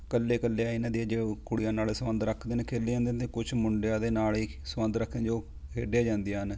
ਕੱਲੇ ਕੱਲੇ ਇਹਨਾਂ ਦੀਆਂ ਜੋ ਕੁੜੀਆਂ ਨਾਲ ਸੰਬੰਧ ਰੱਖਦੇ ਨੇ ਖੇਲੀ ਕੁਝ ਮੁੰਡਿਆਂ ਦੇ ਨਾਲ ਹੀ ਸੰਬੰਧ ਰੱਖਦੇ ਨੇ ਜੋ ਖੇਡਿਆਂ ਜਾਂਦੀਆਂ ਹਨ